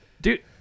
Dude